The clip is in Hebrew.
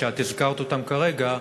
שאת הזכרת אותם כרגע,